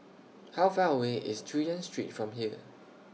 How Far away IS Chu Yen Street from here